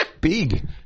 big